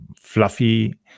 fluffy